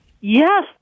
yes